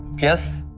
yes,